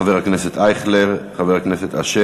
חבר הכנסת אייכלר,